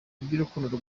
iby’urukundo